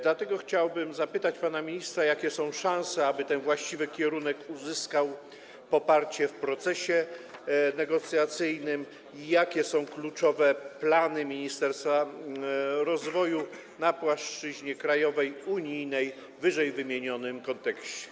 Dlatego chciałbym zapytać pana ministra, jakie są szanse, aby ten właściwy kierunek uzyskał poparcie w procesie negocjacyjnym, i jakie są kluczowe plany Ministerstwa Rozwoju na płaszczyźnie krajowej, unijnej w ww. kontekście.